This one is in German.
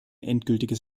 endgültiges